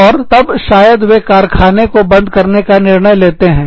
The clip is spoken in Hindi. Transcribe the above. और तब शायद वे कारखाने को बंद करने का निर्णय लेते हैं